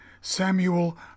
Samuel